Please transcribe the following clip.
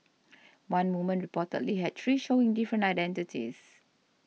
one woman reportedly had three showing different identities